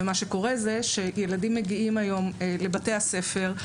ילדים מגיעים היום לבתי הספר,